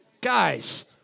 guys